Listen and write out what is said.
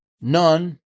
None